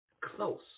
close